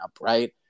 right